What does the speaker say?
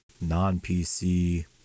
non-PC